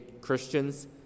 Christians